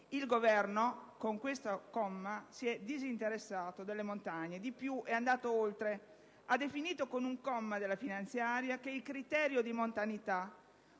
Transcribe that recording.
Il Governo, con questo comma, si è disinteressato delle montagne, ed è anche andato oltre definendo, con un comma della finanziaria, che il criterio di montanità